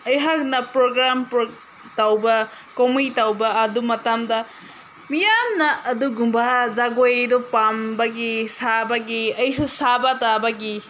ꯑꯩꯍꯥꯛꯅ ꯄ꯭ꯔꯣꯒ꯭ꯔꯥꯝ ꯇꯧꯕ ꯀꯨꯝꯍꯩ ꯇꯧꯕ ꯑꯗꯨ ꯃꯇꯝꯗ ꯃꯤꯌꯥꯝꯅ ꯑꯗꯨꯒꯨꯝꯕ ꯖꯒꯣꯏꯗꯣ ꯄꯥꯝꯕꯒꯤ ꯁꯥꯕꯒꯤ ꯑꯩꯁꯨ ꯁꯥꯕ ꯇꯥꯕꯒꯤ